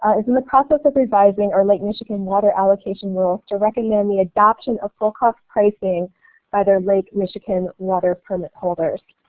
ah is in the process of revising our lake michigan water allocation rule to recommend the adoption of full cost pricing by their lake michigan water permit holders.